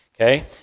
okay